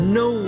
no